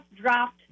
dropped